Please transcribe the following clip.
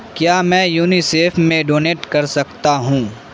کیا میں یونیسیف میں ڈونیٹ کر سکتا ہوں